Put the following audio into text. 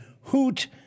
hoot